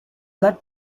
blood